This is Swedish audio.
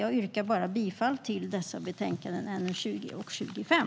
Jag yrkar bifall till förslagen i betänkandena NU20 och NU25.